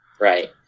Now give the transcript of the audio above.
Right